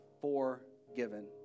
forgiven